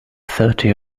thirty